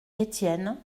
étienne